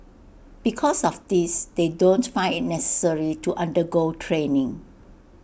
because of this they don't find IT necessary to undergo training